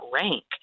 rank